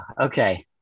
okay